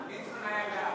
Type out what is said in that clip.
ליצמן היה בעד.